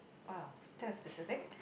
!wow! that was specific